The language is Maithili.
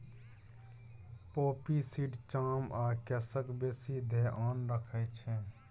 पोपी सीड चाम आ केसक बेसी धेआन रखै छै